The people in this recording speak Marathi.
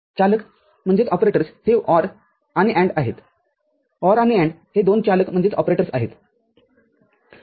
चालक हे OR आणि AND आहेत OR आणि AND हे दोन चालक आहेत